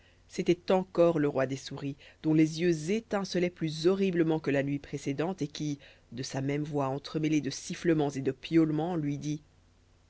c'était encore le roi des souris dont les yeux étincelaient plus horriblement que la nuit précédente et qui de sa même voix entremêlée de sifflements et de piaulements lui dit